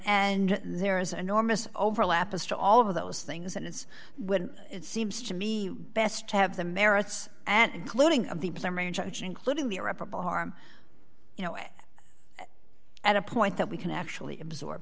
and there is an enormous overlap as to all of those things and it's when it seems to me best to have the merits and including of the including the irreparable harm you know it at a point that we can actually absorb